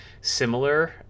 similar